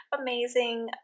amazing